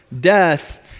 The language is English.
death